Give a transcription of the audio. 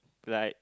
like